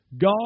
God